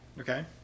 Okay